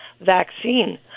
vaccine